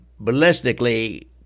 ballistically